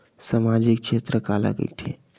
सामजिक क्षेत्र काला कइथे?